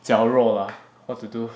脚弱 lah what to do